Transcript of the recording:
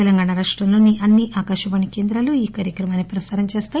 తెలంగాణా రాష్టంలోని అన్ని ఆకాశవాణి కేంద్రాలూ ఈ కార్యక్రమాన్ని ప్రసారం చేస్తాయి